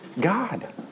God